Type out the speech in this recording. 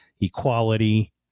equality